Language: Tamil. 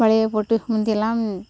வலையை போட்டு முந்தியெலாம்